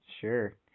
Sure